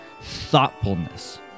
thoughtfulness